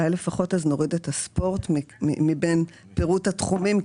אולי לפחות אז נוריד את הספורט מבין פירוט התחומים?